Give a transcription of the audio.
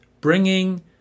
bringing